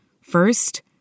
First